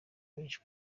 benshi